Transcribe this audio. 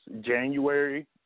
January